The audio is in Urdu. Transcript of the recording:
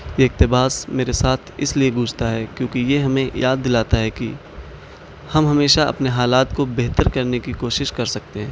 یہ اقتباس میرے ساتھ اس لیے گونجتا ہے کیونکہ یہ ہمیں یاد دلاتا ہے کہ ہم ہمیشہ اپنے حالات کو بہتر کرنے کی کوشش کر سکتے ہیں